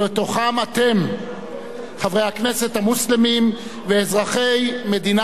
חברי הכנסת המוסלמים ואזרחי מדינת ישראל המוסלמים.